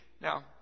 Now